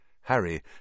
Harry